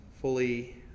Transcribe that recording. fully